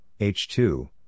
H2